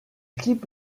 clip